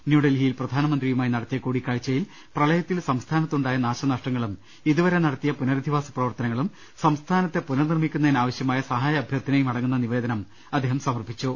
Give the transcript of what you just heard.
ന്യൂഡൽഹിയിൽ പ്രധാനമന്ത്രിയുമായി നടത്തിയ കൂടിക്കാഴ്ചയിൽ പ്രളയത്തിൽ സംസ്ഥാന ത്തുണ്ടായ നാശനഷ്ടങ്ങളും ഇതുവരെ നടത്തിയ പുനരധിവാസ പ്രവർത്തനങ്ങളും സംസ്ഥാനത്തെ പുനർനിർമ്മിക്കുന്നതിനാവശ്യമായ സഹായ അഭ്യർ ത്ഥനയും അടങ്ങുന്ന നിവേദനം അദ്ദേഹം സമർപ്പിച്ചു